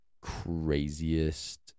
craziest